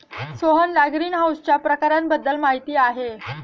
सोहनला ग्रीनहाऊसच्या प्रकारांबद्दल माहिती आहे